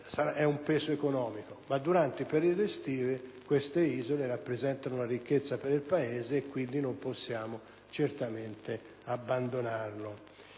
è un peso economico, durante il periodo estivo queste isole rappresentano una ricchezza per il Paese e quindi non possiamo certamente abbandonarle.